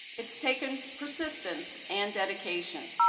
it's taken persistence and dedication.